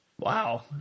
Wow